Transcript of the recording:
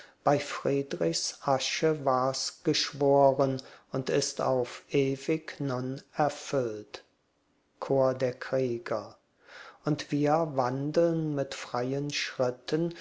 bei friedrichs asche war's geschworen und ist auf ewig nun erfüllt chor der krieger und wir wandeln mit freien schritten